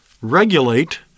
regulate